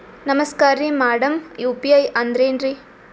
ನಮಸ್ಕಾರ್ರಿ madam UPI ಅಂದ್ರೆನ್ರಿ?